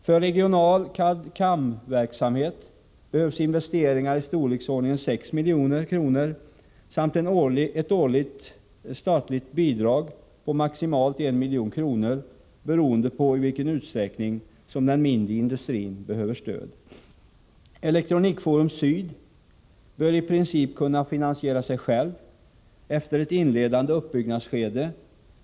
För regional CAD/CAM-verksamhet behövs investeringar i storleksordningen 6 milj.kr. samt ett årligt statligt bidrag på maximalt 1 milj.kr., beroende på i vilken utsträckning som den mindre industrin behöver stöd. Elektronikforum Syd bör i princip kunna finansiera sig självt efter ett inledande uppbyggnadsskede.